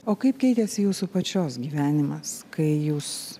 o kaip keitėsi jūsų pačios gyvenimas kai jūs